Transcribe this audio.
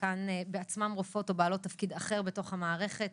חלקן בעצמן רופאות או בעלות תפקיד אחר בתוך המערכת.